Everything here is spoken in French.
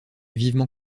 vivement